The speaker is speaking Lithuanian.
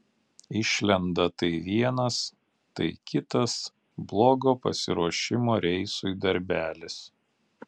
išlenda tai vienas tai kitas blogo pasiruošimo reisui darbelis